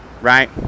right